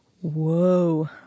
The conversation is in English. whoa